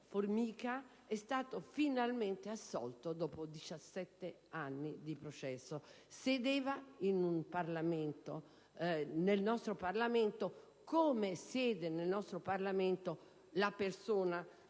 Formica, è stato finalmente assolto dopo 17 anni di processo. Sedeva nel nostro Parlamento, come siede nel nostro Parlamento la persona